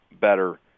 better